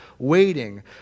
waiting